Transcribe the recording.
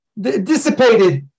dissipated